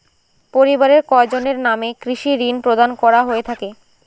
পরিবারের কয়জনের নামে কৃষি ঋণ প্রদান করা হয়ে থাকে?